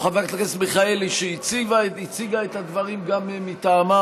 או חברת הכנסת מיכאלי, שהציגה את הדברים גם מטעמה,